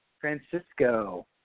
Francisco